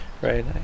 Right